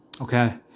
okay